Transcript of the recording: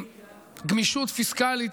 עם גמישות פיסקלית,